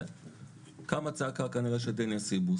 קמה צעקה של דניה סיבוס,